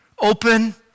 open